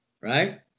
right